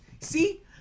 See